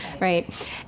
right